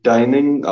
Dining